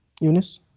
Eunice